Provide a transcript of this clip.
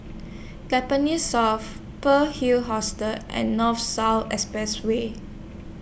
Tampines South Pearl's Hill Hostel and North South Expressway